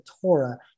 Torah